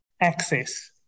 access